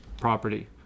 property